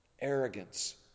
Arrogance